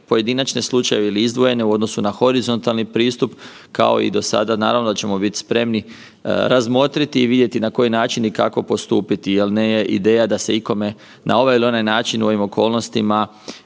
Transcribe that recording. pojedinačne slučajeve ili izdvojene u odnosu na horizontalni pristup kao i do sada naravno da ćemo biti spremni razmotriti i vidjeti na koji način i kako postupiti jel nije ideja da se ikome na ovaj ili onaj način u ovim okolnostima